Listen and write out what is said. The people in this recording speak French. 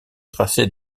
tracé